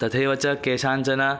तथैव च केषाञ्चन